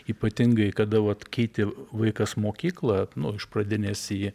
ypatingai kada vat keitė vaikas mokyklą nu iš pradinės į